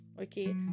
Okay